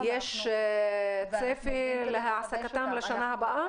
יש צפי להעסקתם לשנה הבאה?